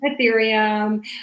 ethereum